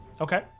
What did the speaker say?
Okay